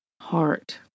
heart